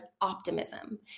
optimism